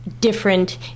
different